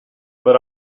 but